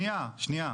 שניה.